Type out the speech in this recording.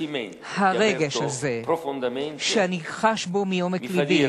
הרגש הזה, שאני חש בו מעומק לבי